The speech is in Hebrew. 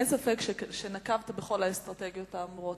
אין ספק שנקטת את כל האסטרטגיות האמורות,